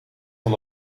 van